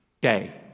day